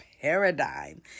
Paradigm